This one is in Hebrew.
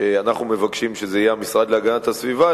אנחנו מבקשים שזה יהיה המשרד להגנת הסביבה,